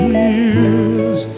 years